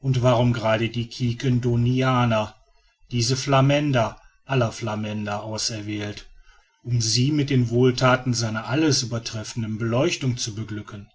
und warum gerade die quiquendonianer diese flamänder aller flamänder auserwählt um sie mit den wohlthaten seiner alles übertreffenden beleuchtung zu beglücken